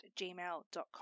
gmail.com